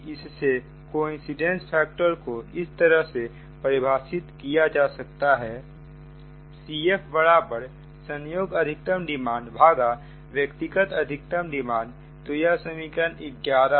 इससे coincidence factor को इस तरह से परिभाषित किया जाता है CFसंयोग अधिकतम डिमांड व्यक्तिगत अधिकतम डिमांड तो यह समीकरण 11 है